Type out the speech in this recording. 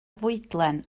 fwydlen